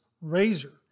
razor